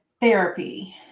therapy